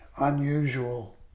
unusual